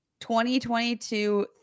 2022